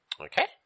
Okay